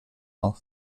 auf